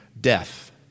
Death